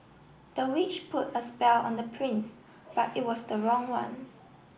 the witch put a spell on the prince but it was the wrong one